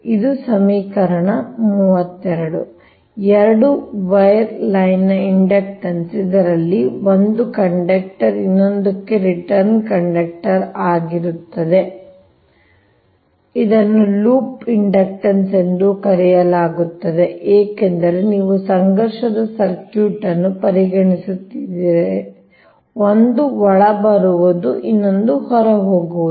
ಅದು ಸಮೀಕರಣ 32 2 wire line ನ ಇಂಡಕ್ಟನ್ಸ್ ಇದರಲ್ಲಿ 1 ಕಂಡಕ್ಟರ್ ಇನ್ನೊಂದಕ್ಕೆ ರಿಟರ್ನ್ ಕಂಡಕ್ಟರ್ ಆಗಿ ಕಾರ್ಯನಿರ್ವಹಿಸುತ್ತದೆ ಇದನ್ನು ಲೂಪ್ ಇಂಡಕ್ಟನ್ಸ್ ಎಂದು ಕರೆಯಲಾಗುತ್ತದೆ ಏಕೆಂದರೆ ನೀವು ಸಂಘರ್ಷದ ಸರ್ಕ್ಯೂಟ್ ಅನ್ನು ಪರಿಗಣಿಸುತ್ತಿದ್ದೀರಿ ಒಂದು ಒಳಬರುವ ಇನ್ನೊಂದು ಹೊರಹೋಗುವುದು